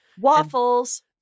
Waffles